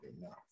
enough